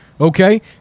Okay